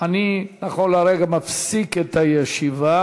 נכון לרגע זה אני מפסיק את הישיבה.